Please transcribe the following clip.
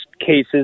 cases